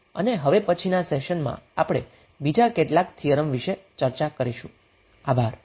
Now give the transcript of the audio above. હવે પછીના સેશનમા આપણે બીજા કેટલાક થિયરમ વીશે ચર્ચા કરીશું